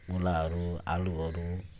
मुलाहरू आलुहरू